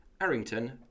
Arrington